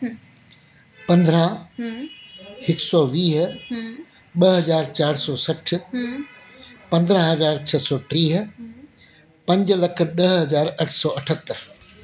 पंद्रहं हिकु सौ वीह ॿ हज़ार चारि सौ सठि पंद्रहं हज़ार छह सौ टीह पंज लख ॾह हज़ार अठ सौ अठहतरि